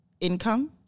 income